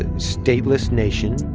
and stateless nation,